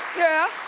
yeah.